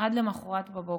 עד למוחרת בבוקר.